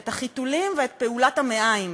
את החיתולים ואת פעולת המעיים,